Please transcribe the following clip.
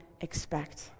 expect